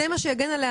זה מה שיגן עליה